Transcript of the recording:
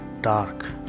dark